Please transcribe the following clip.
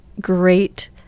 Great